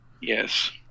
Yes